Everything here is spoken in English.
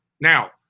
now